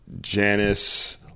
Janice